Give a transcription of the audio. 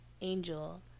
Angel